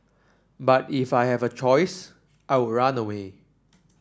but if I had a choice I would run away